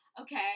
Okay